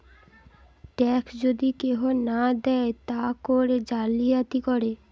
tax যদি কেহু না দেয় তা করে জালিয়াতি করে